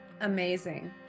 amazing